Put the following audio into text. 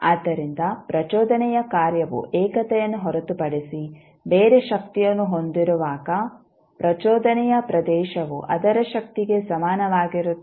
ಆದ್ದರಿಂದ ಪ್ರಚೋದನೆಯ ಕಾರ್ಯವು ಏಕತೆಯನ್ನು ಹೊರತುಪಡಿಸಿ ಬೇರೆ ಶಕ್ತಿಯನ್ನು ಹೊಂದಿರುವಾಗ ಪ್ರಚೋದನೆಯ ಪ್ರದೇಶವು ಅದರ ಶಕ್ತಿಗೆ ಸಮಾನವಾಗಿರುತ್ತದೆ